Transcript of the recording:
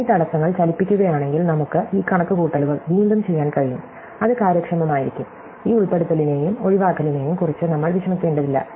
ഈ തടസ്സങ്ങൾ ചലിപ്പിക്കുകയാണെങ്കിൽ നമുക്ക് ഈ കണക്കുകൂട്ടലുകൾ വീണ്ടും ചെയ്യാൻ കഴിയും അത് കാര്യക്ഷമമായിരിക്കും ഈ ഉൾപ്പെടുത്തലിനെയും ഒഴിവാക്കലിനെയും കുറിച്ച് നമ്മൾ വിഷമിക്കേണ്ടതില്ല